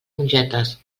mongetes